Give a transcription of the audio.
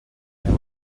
anem